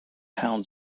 town